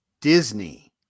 Disney